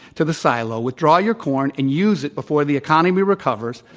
to the silo, withdrawyour corn and use it before the economy recovers,